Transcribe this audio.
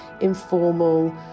informal